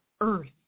earth